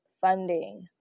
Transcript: funding